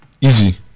easy